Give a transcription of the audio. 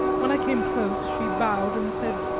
when i came close she bowed and said,